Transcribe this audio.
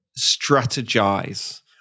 strategize